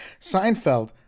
Seinfeld